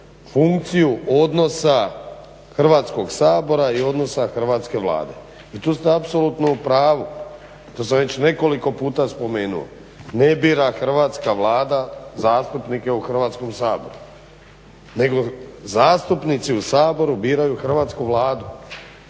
funkciju odnosa Hrvatskog sabora i odnosa hrvatske Vlade i tu ste apsolutno u pravu. To sam već nekoliko puta spomenuo. Ne bira hrvatska Vlada zastupnike u Hrvatskom saboru, nego zastupnici u Saboru biraju hrvatsku Vladu.